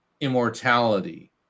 immortality